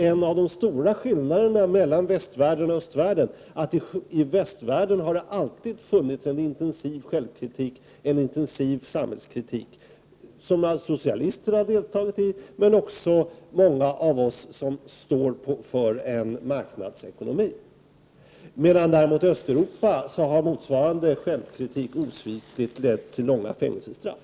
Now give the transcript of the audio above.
En av de stora skillnaderna mellan västvärlden och östvärlden har just varit att det i västvärlden alltid har funnits en intensiv självkritik och samhällskritik. Socialister har deltagit i debatten, men också många av oss som står för marknadseknomin. I Östeuropa har däremot motsvarande självkritik osvikligt lett till långa fängelsestraff.